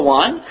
one